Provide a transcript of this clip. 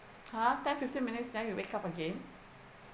ha ten fifteen minutes then you wake up again